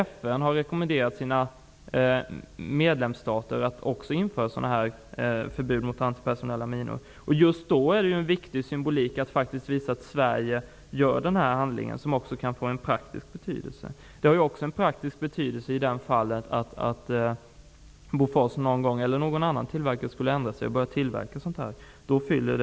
FN har rekommenderat sina medlemsstater att införa förbud mot antipersonella minor. Just därför ligger det ett symboliskt värde i att vi i Sverige inför detta förbud. Det kan också få en praktisk betydelse. Ett förbud har en praktisk betydelse om Bofors eller någon annan tillverkare någon gång skulle ändra sig och börja tillverka sådana vapen.